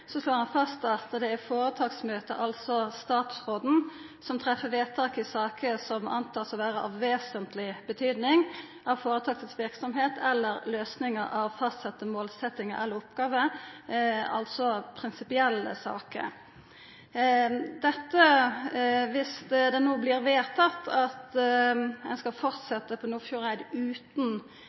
slår ein fast at det er føretaksmøtet, altså statsråden, som «treffer vedtak i saker som antas å være av vesentlig betydning for foretakets virksomhet eller løsningen av fastsatte målsettinger eller oppgaver», altså prinsipielle saker. Dersom det no vert vedtatt at ein skal fortsetja på